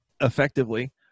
effectively